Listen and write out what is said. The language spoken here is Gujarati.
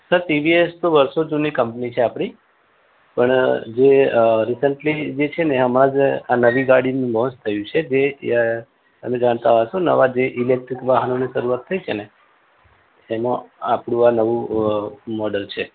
સર ટીવીએસ તો વર્ષો જૂની કંપની છે આપણી પણ જે અ રીસન્ટલી જે છે ને હમણાં જ આ નવી ગાડીનું લૉંચ થયું છે તે તમે જાણતા હશો નવા જે ઈલેક્ટ્રિક વાહનોની શરૂઆત થઈ છે ને એમાં આપણું નવું આ મૉડલ છે